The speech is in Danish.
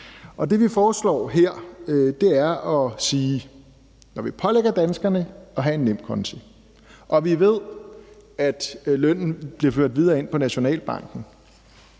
Det, vi foreslår her, er, at det, når man pålægger danskerne at have en nemkonto, og vi ved, at det bliver ført videre ind på Nationalbanken,